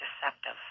deceptive